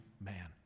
man